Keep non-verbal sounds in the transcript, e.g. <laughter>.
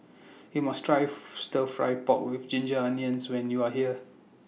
YOU must Try <noise> Stir Fry Pork with Ginger Onions when YOU Are here